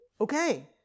okay